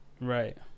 Right